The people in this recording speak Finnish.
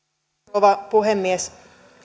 rouva puhemies